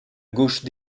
gauche